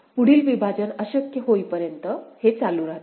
पुढील विभाजन अशक्य होईपर्यंत हे चालू आहे